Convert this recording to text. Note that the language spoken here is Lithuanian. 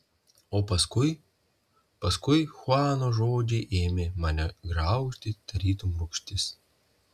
o paskui paskui chuano žodžiai ėmė mane graužti tarytum rūgštis